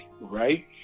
right